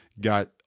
got